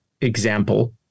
example